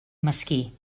mesquí